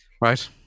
Right